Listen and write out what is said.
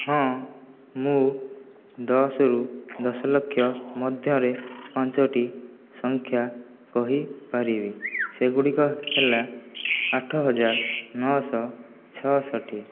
ହଁ ମୁଁ ଦଶରୁ ଦଶଲକ୍ଷ ମଧ୍ୟରେ ପାଞ୍ଚଟି ସଂଖ୍ୟା କହିପାରିବି ସେଗୁଡ଼ିକ ହେଲା ଆଠହଜାର ନଅଶହ ଛଅଷଠି